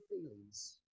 feelings